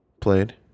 played